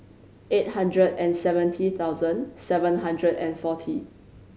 eight hundred and seventy thousand seven hundred and forty